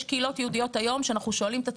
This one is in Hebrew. יש קהילות יהודיות היום שאנחנו שואלים את עצמנו,